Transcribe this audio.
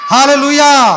Hallelujah